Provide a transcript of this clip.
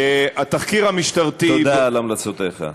תודה על המלצותיך.